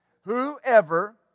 Whoever